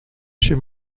chez